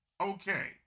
okay